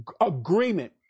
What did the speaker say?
agreement